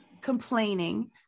complaining